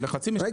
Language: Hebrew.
אני